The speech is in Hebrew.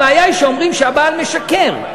הבעיה היא שאומרים שהבעל משקר.